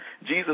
Jesus